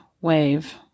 wave